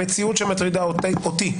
המציאות שמטרידה אותי,